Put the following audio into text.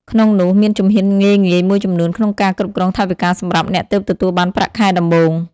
ក្នុងនោះ មានជំហានងាយៗមួយចំនួនក្នុងការគ្រប់គ្រងថវិកាសម្រាប់អ្នកទើបទទួលបានប្រាក់ខែដំបូង។